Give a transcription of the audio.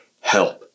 help